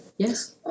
Yes